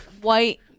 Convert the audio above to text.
white